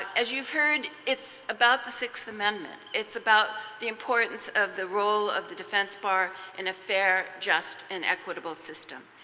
as you have heard, it's about the sixth amendment, it's about the importance of the rule of the defense bar in a fair, just, an equitable system.